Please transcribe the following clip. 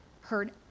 heard